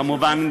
כמובן,